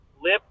lip